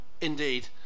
indeed